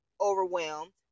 overwhelmed